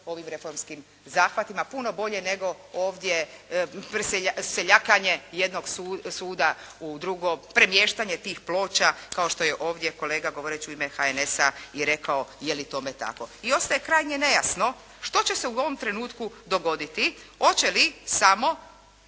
ovim reformskim zahvatima. Puno bolje nego ovdje seljakanje jednog suda u drugo, premještanje tih ploča kao što je ovdje kolega govorio u ime HNS-a i rekao je li tome tako. I ostaje krajnje nejasno što će se u ovom trenutku dogoditi. Hoće li samo